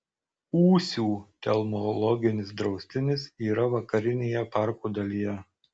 ūsių telmologinis draustinis yra vakarinėje parko dalyje